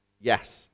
yes